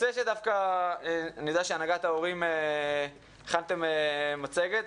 הנהגת ההורים, אני יודע שהכנתם מצגת.